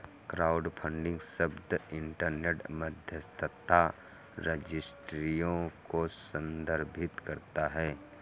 crowdfunding शब्द internet मध्यस्थता रजिस्ट्रियों को संदर्भित करता है